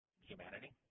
humanity